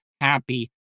happy